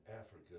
Africa